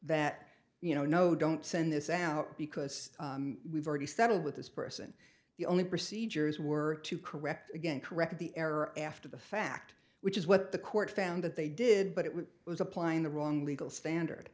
that you know no don't send this out because we've already settled with this person the only procedures were to correct again correct the error after the fact which is what the court found that they did but it was was applying the wrong legal standard